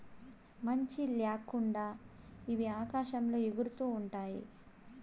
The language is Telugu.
మంచి ల్యాకుండా ఇవి ఆకాశంలో ఎగురుతూ ఉంటాయి